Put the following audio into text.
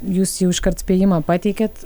jūs jau iškart spėjimą pateikėt